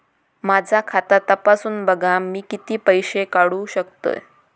माझा खाता तपासून बघा मी किती पैशे काढू शकतय?